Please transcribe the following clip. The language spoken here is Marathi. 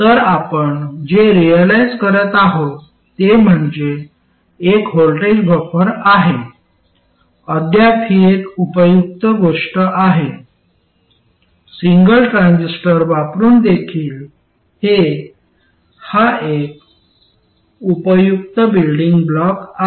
तर आपण जे रिअलाईझ करत आहो ते म्हणजे एक व्होल्टेज बफर आहे अद्याप ही एक उपयुक्त गोष्ट आहे सिंगल ट्रान्झिस्टर वापरुन देखील हे हा एक उपयुक्त बिल्डिंग ब्लॉक आहे